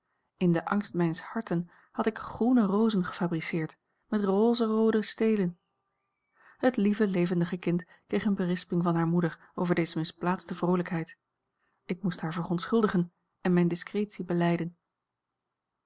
in den angst mijns harten had ik groene rozen gefabriceerd met rozenroode steelen het lieve levendige kind kreeg eene berisping van hare moeder over deze misplaatste vroolijkheid ik moest haar verontschuldigen en mijne discratie belijden